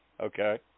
Okay